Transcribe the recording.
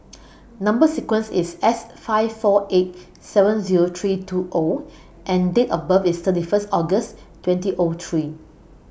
Number sequence IS S five four eight seven Zero three two O and Date of birth IS thirty First August twenty O three